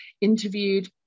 interviewed